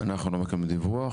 לא, אנחנו לא מקבלים על זה דיווח,